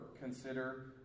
consider